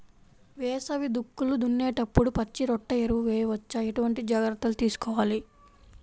వేసవి దుక్కులు దున్నేప్పుడు పచ్చిరొట్ట ఎరువు వేయవచ్చా? ఎటువంటి జాగ్రత్తలు తీసుకోవాలి?